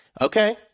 okay